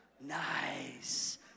Nice